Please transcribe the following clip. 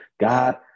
God